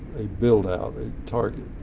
a build out, a target.